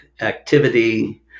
activity